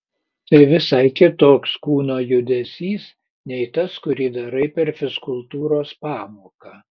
tai visai kitoks kūno judesys nei tas kurį darai per fizkultūros pamoką